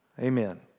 Amen